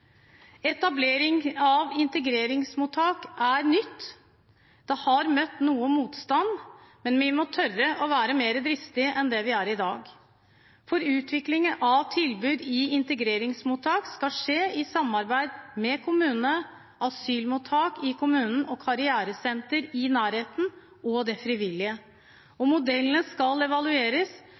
Etablering av integreringsmottak er nytt. Det har møtt noe motstand, men vi må tørre å være mer dristig enn vi er i dag, for utviklingen av tilbud i integreringsmottak skal skje i samarbeid med kommunene, asylmottak i kommunen og karrieresenter i nærheten og det frivillige. Modellene skal evalueres,